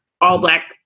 all-black